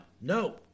No